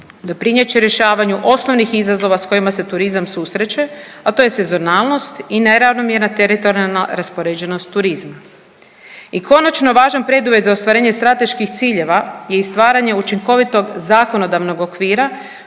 doprinijet će rješavanju osnovnih izazova sa kojima se turizam susreće, a to je sezonalnost i neravnomjerna teritorijalna raspoređenost turizma. I konačno važan preduvjet za ostvarenje strateških ciljeva je i stvaranje učinkovitog zakonodavnog okvira